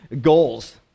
goals